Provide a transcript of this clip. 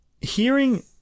hearing